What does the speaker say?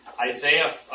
Isaiah